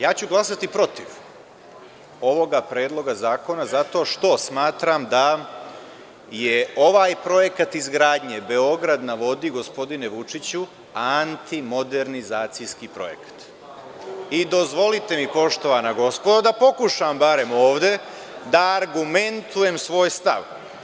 Ja ću glasati protiv ovoga predloga zakona zato što smatram da je ovaj projekat izgradnje Beograd na vodi, gospodine Vučiću, anti modernizacijski projekat i dozvolite mi, poštovana gospodo, da pokušam barem ovde da argumentujem svoj stav.